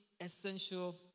essential